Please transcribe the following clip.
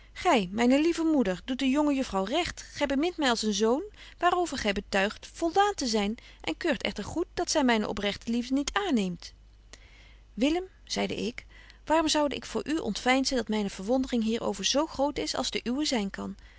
gy myne lieve moeder doet de jonge juffrouw recht gy bemint my als een zoon waar over gy betuigt voldaan te zyn en keurt echter goed dat zy myne oprechte liefde niet aanneemt willem zeide ik waarom zoude ik voor u ontveinzen dat myne verwondering hier over zo groot is als de uwe zyn kan